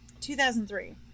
2003